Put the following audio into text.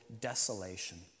desolation